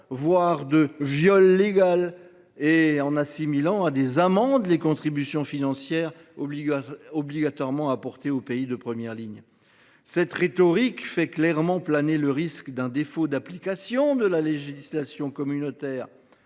voire de « viol légal », et en assimilant à des amendes les contributions financières obligatoirement apportées aux pays de première ligne. Cette rhétorique fait clairement planer le risque d’un défaut d’application de la législation communautaire